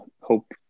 hope